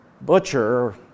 butcher